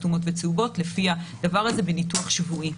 כתומות וצהובות לפי הדבר הזה בניתוח שבועי.